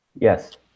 yes